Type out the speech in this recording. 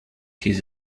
his